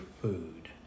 food